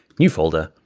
new folder.